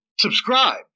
Subscribe